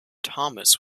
thomas